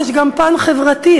יש גם פן חברתי,